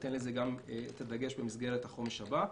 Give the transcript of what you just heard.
ניתן גם על זה את הדגש במסגרת החומש הבא.